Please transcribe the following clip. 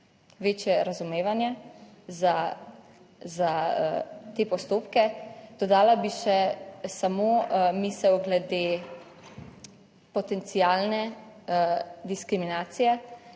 večje razumevanje za te postopke. Dodala bi še samo misel glede potencialne diskriminacije,